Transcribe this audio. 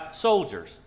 soldiers